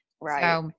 Right